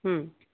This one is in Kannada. ಹ್ಞೂ